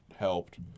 helped